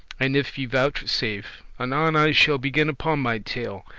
and if ye vouchesafe, anon i shall begin upon my tale,